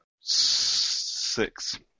Six